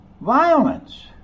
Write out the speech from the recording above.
violence